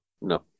No